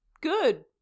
good